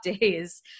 days